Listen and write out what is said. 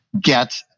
get